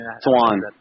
Swan